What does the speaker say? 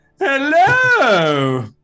Hello